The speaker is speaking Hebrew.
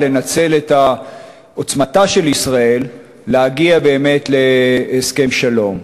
לנצל את עוצמתה של ישראל ולהגיע להסכם שלום.